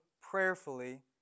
prayerfully